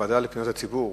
שהוועדה לפניות הציבור